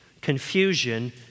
confusion